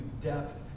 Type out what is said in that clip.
depth